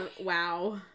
Wow